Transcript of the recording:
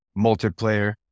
multiplayer